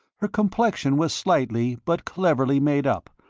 her complexion was slightly but cleverly made up,